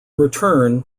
return